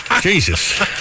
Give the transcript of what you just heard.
Jesus